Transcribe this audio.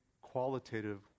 qualitative